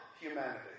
humanity